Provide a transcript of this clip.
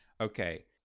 okay